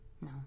No